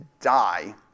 die